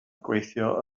gweithio